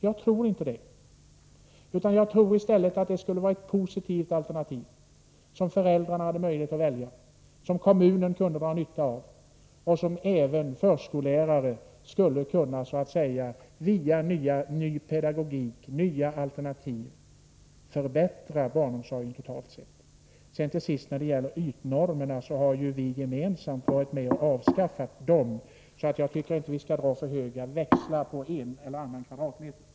Jag tror inte det, utan jag tror i stället att detta skulle vara ett positivt alternativ som föräldrarna skulle ha möjlighet att välja, som kommunen kunde dra nytta av och genom vilket även förskollärarna, via ny pedagogik, nya alternativ, skulle kunna förbättra barnomsorgen totalt sett. Till sist beträffande ytnormerna: Vi har gemensamt varit med om att avskaffa dessa normer så jag tycker inte att man skall dra växlar på en eller annan kvadratmeter.